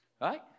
Right